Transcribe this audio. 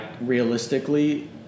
realistically